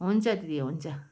हुन्छ दिदी हुन्छ